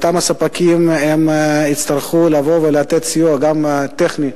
אותם ספקים יצטרכו לבוא ולתת גם סיוע טכני,